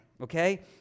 Okay